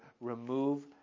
remove